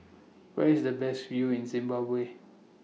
Where IS The Best View in Zimbabwe